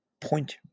point